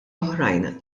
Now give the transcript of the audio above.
oħrajn